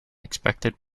expected